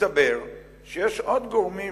מסתבר שיש עוד גורמים